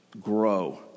grow